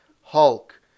Hulk